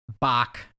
Bach